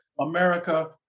America